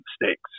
mistakes